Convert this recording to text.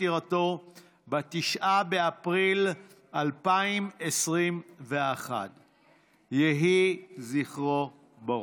פטירתו ב-9 באפריל 2022. יהי זכרו ברוך.